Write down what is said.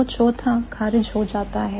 तो चौथा खारिज हो जाता है